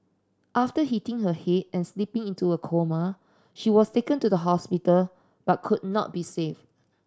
after hitting her head and slipping into a coma she was taken to the hospital but could not be saved